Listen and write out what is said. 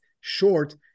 short